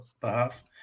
behalf